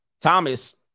Thomas